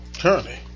Currently